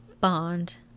bond